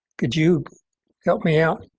could you help me out?